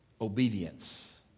obedience